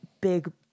big